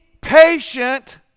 patient